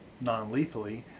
non-lethally